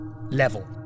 Level